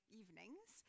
evenings